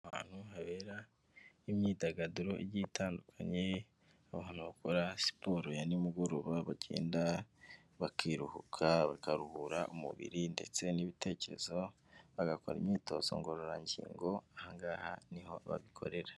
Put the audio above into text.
Ahantu habera imyidagaduro igiye itandukanye, abantu bakora siporo ya nimugoroba bagenda bakihuka bakaruhura umubiri, ndetse n'ibitekerezo, bagakora imyitozo ngororangingo aho ngaha niho babikorera.